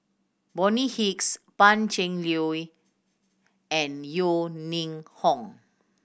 Bonny Hicks Pan Cheng Lui and Yeo Ning Hong